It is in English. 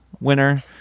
winner